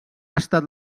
estat